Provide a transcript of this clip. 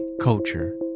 culture